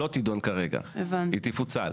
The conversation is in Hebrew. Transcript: לא תידון כרגע, היא תפוצל.